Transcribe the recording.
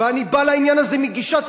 ואני בא לעניין הזה מגישה ציונית,